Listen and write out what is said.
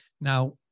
Now